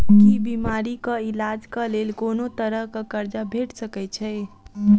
की बीमारी कऽ इलाज कऽ लेल कोनो तरह कऽ कर्जा भेट सकय छई?